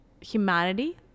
Humanity